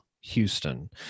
houston